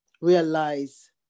realize